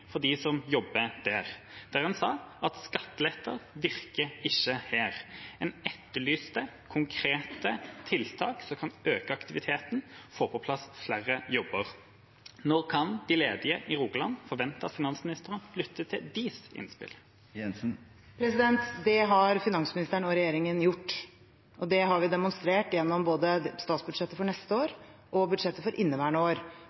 som jobber der, der en sa at skatteletter virker ikke her. En etterlyste konkrete tiltak som kan øke aktiviteten og få på plass flere jobber. Når kan de ledige i Rogaland forvente at finansministeren lytter til deres innspill? Det har finansministeren og regjeringen gjort, og det har vi demonstrert gjennom både statsbudsjettet for neste år og budsjettet for inneværende år.